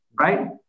right